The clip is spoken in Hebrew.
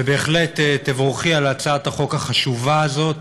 ובהחלט תבורכי על הצעת החוק החשובה הזאת,